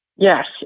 Yes